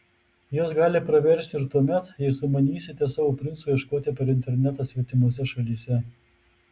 jos gali praversti ir tuomet jei sumanysite savo princo ieškoti per internetą svetimose šalyse